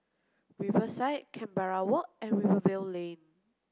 Riverside Canberra Walk and Rivervale Lane